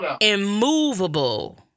immovable